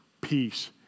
peace